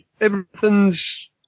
Everything's